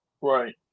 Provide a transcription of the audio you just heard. Right